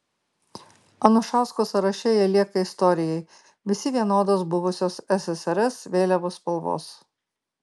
anušausko sąraše jie lieka istorijai visi vienodos buvusios ssrs vėliavos spalvos